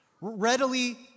Readily